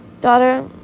daughter